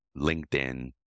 LinkedIn